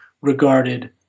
regarded